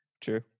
true